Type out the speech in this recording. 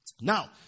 Now